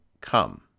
come